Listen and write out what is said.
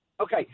Okay